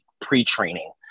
pre-training